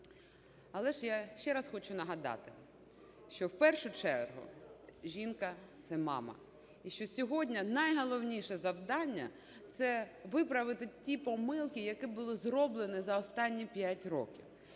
Але ж я ще раз хочу нагадати, що в першу чергу жінка – це мама. І що сьогодні найголовніше завдання - це виправити ті помилки, які були зроблені за останні п'ять років,